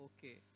Okay